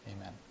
Amen